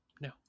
No